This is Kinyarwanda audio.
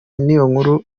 niyonkuru